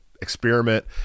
experiment